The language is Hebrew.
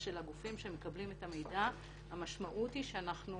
של הגופים שמקבלים את המידע המשמעות היא שאנחנו